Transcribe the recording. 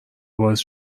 باعث